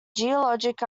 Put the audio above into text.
geologic